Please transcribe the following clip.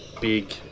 big